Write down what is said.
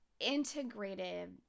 integrated